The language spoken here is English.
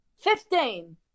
Fifteen